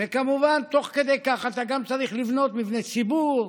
וכמובן תוך כדי כך אתה גם צריך לבנות מבני ציבור,